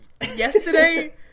Yesterday